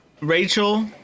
Rachel